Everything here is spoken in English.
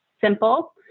simple